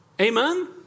amen